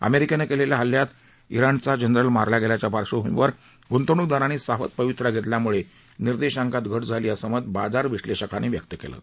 अमेरिकेनं केलेल्या हल्ल्यात इराणचा जनरल मारला गेल्याच्या पार्श्वभूमीवर ग्ंतवणूकदारांनी सावध पवित्रा घेतल्यामुळे निर्देशांकात घट झाली असं मत बाजार विश्लेषकांनी व्यक्त केलं आहे